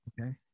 okay